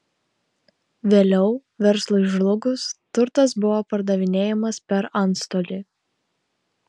vėliau verslui žlugus turtas buvo pardavinėjamas per antstolį